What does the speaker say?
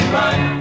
right